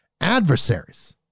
adversaries